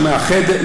שמאחדת,